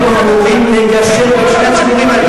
הייתם אמורים לגשר בין שני הציבורים האלה.